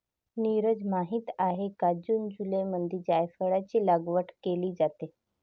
नीरज माहित आहे का जून जुलैमध्ये जायफळाची लागवड केली जाते